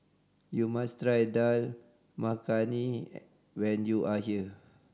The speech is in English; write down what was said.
you must try Dal Makhani when you are here